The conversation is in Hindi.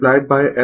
लेकिन LR τ है